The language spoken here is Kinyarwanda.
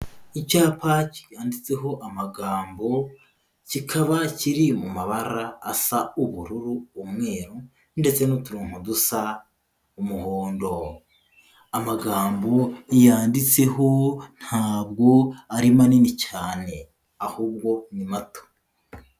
Icyapa cyanditseho amagambo kikaba kiri mu mabara asa ubururu, umweru ndetse n'uturonko dusa umuhondo, amagambo yanditseho ntabwo ari manini cyane ahubwo ni mato.